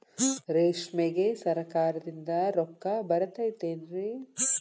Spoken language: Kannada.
ರೇಷ್ಮೆಗೆ ಸರಕಾರದಿಂದ ರೊಕ್ಕ ಬರತೈತೇನ್ರಿ?